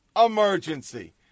emergency